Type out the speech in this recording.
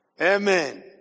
Amen